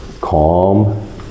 calm